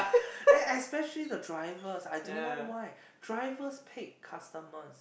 eh especially the drivers I don't know why drivers paid customers